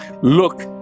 Look